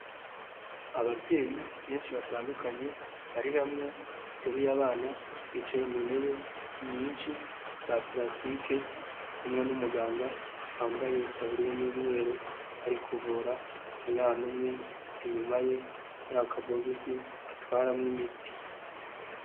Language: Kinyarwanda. Ababyeyi benshi batandukanye bari hamwe bateruye abana bicaye mu ntebe inyinshi za parasitike, bari kumwe n'umuganga wambaye itaburiya y'umweru ari kuvura umwana umwe, inyuma ye hari akabogisi atwaramo imiti.